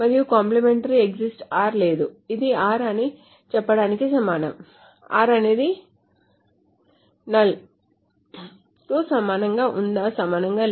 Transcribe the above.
complementary exists r లేదు ఇది r అని చెప్పడానికి సమానం r అనేది 𝜙 కు సమానంగా ఉందా సమానంగా లేదా